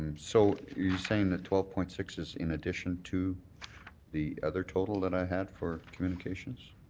so you're saying that twelve point six is in addition to the other total that i had for communications?